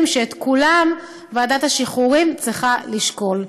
שאת כולם ועדת השחרורים צריכה לשקול.